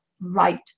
right